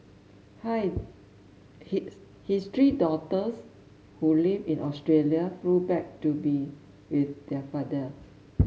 hi his his three daughters who live in Australia flew back to be with their father